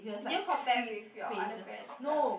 did you compare with your other friends